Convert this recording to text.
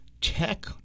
Tech